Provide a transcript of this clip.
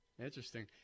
Interesting